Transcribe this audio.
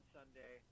Sunday